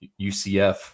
UCF